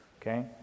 Okay